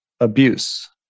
abuse